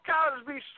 Cosby